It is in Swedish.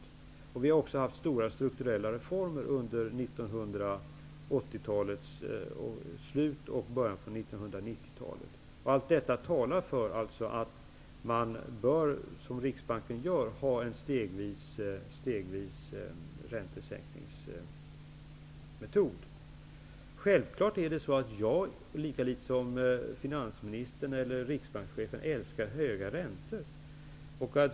Dessutom har det under slutet av 1980-talet och början av 1990-talet skett stora strukturella reformer. Allt detta talar för att man, som Riksbanken, bör göra räntesänkningar stegvis. Självfallet älskar jag lika litet som finansministern eller riksbankschefen höga räntor.